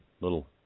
little